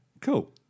Cool